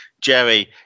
Jerry